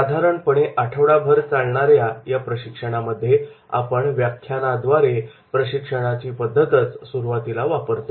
साधारणपणे आठवडाभर चालणाऱ्या या प्रशिक्षणामध्ये आपण व्याख्यानाद्वारे प्रशिक्षणाची पद्धतच सुरुवातीला वापरतो